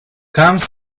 comes